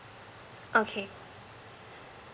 okay